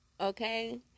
Okay